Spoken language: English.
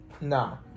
no